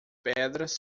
pedras